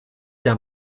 der